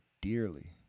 dearly